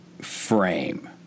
frame